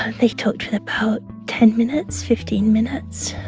they talked for about ten minutes, fifteen minutes.